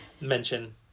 mention